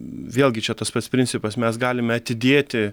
vėlgi čia tas pats principas mes galime atidėti